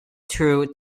through